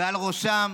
ועל ראשם